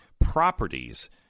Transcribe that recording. properties